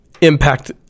impact